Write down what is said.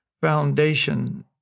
foundation